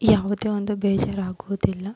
ಯಾವುದೇ ಒಂದು ಬೇಜಾರು ಆಗುವುದಿಲ್ಲ